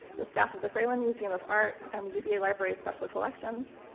the staff of the fralin museum of art, and the uva library of special collections,